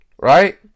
Right